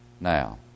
now